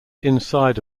inside